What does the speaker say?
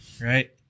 Right